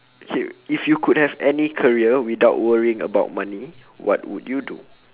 K if you could have any career without worrying about money what would you do